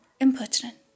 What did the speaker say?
impertinent